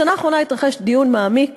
בשנה האחרונה התרחש דיון מעמיק